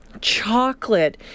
chocolate